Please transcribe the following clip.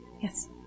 Yes